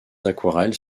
aquarelles